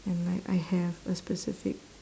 and like I have a specific